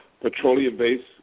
petroleum-based